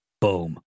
boom